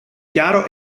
chiaro